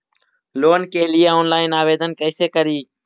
Loan के लिये online आवेदन कैसे करि?